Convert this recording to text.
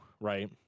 right